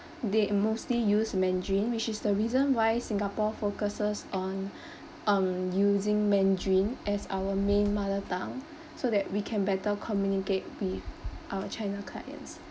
they mostly use mandarin which is the reason why singapore focuses on um using mandarin as our main mother tongue so that we can better communicate with our china clients